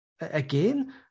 again